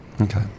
Okay